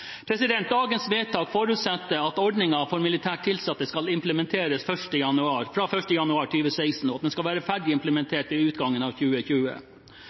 Dagens vedtak forutsetter at ordningen for militært tilsatte skal implementeres fra 1. januar 2016, og at den skal være ferdig implementert ved utgangen av 2020.